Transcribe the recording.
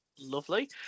Lovely